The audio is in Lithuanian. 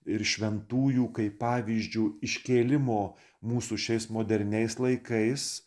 ir šventųjų kaip pavyzdžiu iškėlimo mūsų šiais moderniais laikais